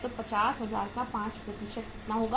तो 50000 का 5 कितना होगा